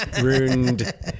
Ruined